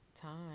time